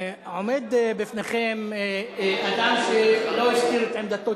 עומד בפניכם אדם שלא הסתיר את עמדתו